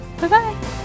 Bye-bye